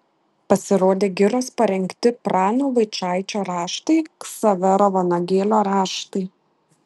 pasirodė giros parengti prano vaičaičio raštai ksavero vanagėlio raštai